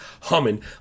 humming